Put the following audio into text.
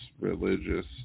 Religious